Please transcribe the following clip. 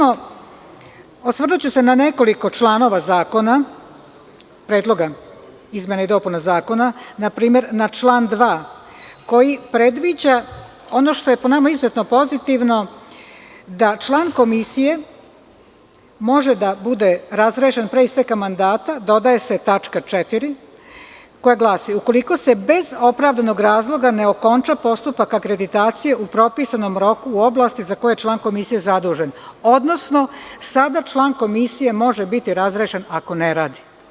Osvrnuću se na nekoliko članova Predloga izmena i dopuna zakona, na primer na član 2. koji predviđa ono što je po nama izuzetno pozitivno, da član komisije može da bude razrešen pre isteka mandata, dodaje se tačka 4. koja glasi – ukoliko se bez opravdanog razloga ne okonča postupak akreditacije u propisanom roku u oblasti za koje je član komisije zadužen, odnosno sada član komisije može biti razrešen ako ne radi.